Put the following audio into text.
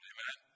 Amen